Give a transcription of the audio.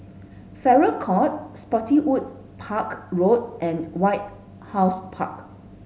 Farrer Court Spottiswoode Park Road and White House Park